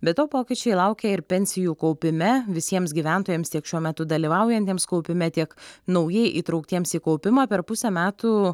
be to pokyčiai laukia ir pensijų kaupime visiems gyventojams tiek šiuo metu dalyvaujantiems kaupime tiek naujai įtrauktiems į kaupimą per pusę metų